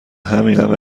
همینم